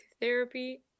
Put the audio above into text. therapy